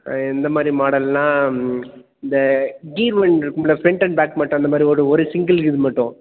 எந்த மாதிரி மாடல்னா இந்த கீர் மாரி இருக்கும்ல ஃப்ரண்ட் அண்ட் பேக் மட்டும் அந்த மாதிரி ஒரு ஒரு சிங்கிள் கீர் மட்டும்